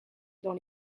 dans